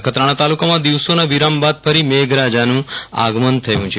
નખત્રાણા તાલુકામાં દિવસોના વિરામ બાદ ફરી મેઘરાજાનું આગમન થયું છે